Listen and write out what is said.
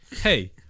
Hey